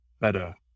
better